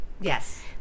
yes